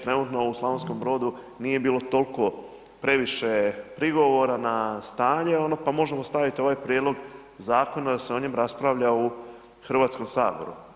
Trenutno u Slavonskom Brodu nije bilo toliko previše prigovora na stanje ono pa možemo staviti ovaj prijedlog zakona da se o njemu raspravlja u Hrvatskom saboru.